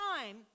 time